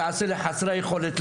תעשה לחסרי יכולת,